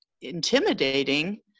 intimidating